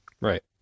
Right